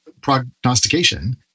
prognostication